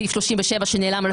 סעיף 37 שנעלם על שקיפות עמלות.